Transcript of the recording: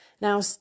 Now